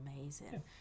amazing